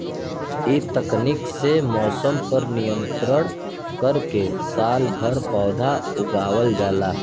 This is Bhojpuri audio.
इ तकनीक से मौसम पर नियंत्रण करके सालभर पौधा उगावल जाला